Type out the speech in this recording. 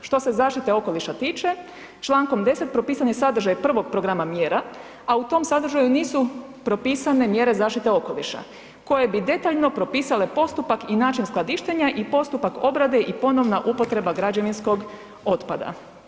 Što se zaštite okoliša tiče, čl. 10. propisan je sadržaj prvog programa mjera, a u tom sadržaju nisu propisane mjere zaštite okoliša koje bi detaljno propisale postupak i način skladištenja i postupak obrade i ponovna upotreba građevinskog otpada.